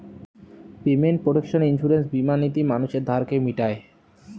payment protection insurance বীমা নীতি মানুষের ধারকে মিটায়